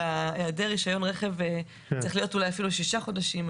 רישיון רכב צריך להיות אפילו שישה חודשים,